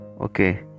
okay